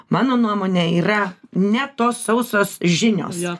mano nuomone yra ne tos sausos žinios